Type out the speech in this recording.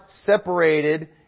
separated